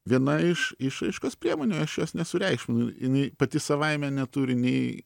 viena iš išraiškos priemonių aš jos nesureikšminu jinai pati savaime neturi nei